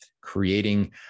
creating